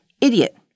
Idiot